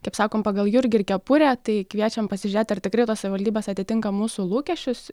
kaip sakom pagal jurgį ir kepurė tai kviečiam pasižiūrėt ar tikrai tos savivaldybės atitinka mūsų lūkesčius